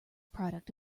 product